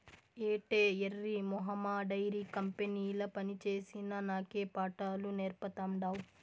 ఏటే ఎర్రి మొహమా డైరీ కంపెనీల పనిచేసిన నాకే పాఠాలు నేర్పతాండావ్